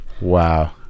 Wow